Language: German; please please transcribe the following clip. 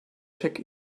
check